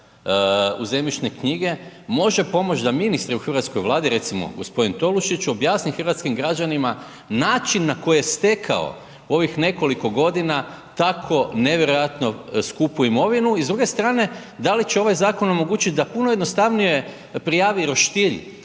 u zemljišne knjige, može pomoć da ministri u hrvatskoj Vladi, recimo g. Tolušić objasni hrvatskim građanima način na koji je stekao ovih nekoliko godina tako nevjerojatno skupu imovinu i s druge strane, da li će ovaj zakon omogućit da puno jednostavnije prijavi roštilj